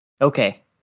Okay